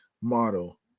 model